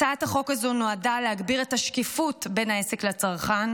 הצעת החוק הזו נועדה להגביר את השקיפות בין העסק לצרכן,